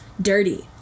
dirty